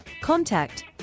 contact